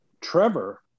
Trevor